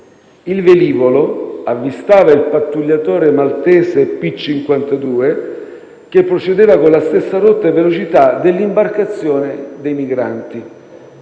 Il velivolo avvistava il pattugliatore maltese P52, che procedeva con le stesse rotta e velocità dell'imbarcazione dei migranti.